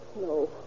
No